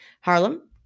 Harlem